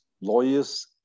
lawyers